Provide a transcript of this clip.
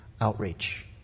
outreach